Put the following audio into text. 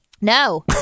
No